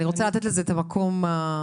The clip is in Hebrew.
ואני רוצה לתת לזה את המקום הראוי.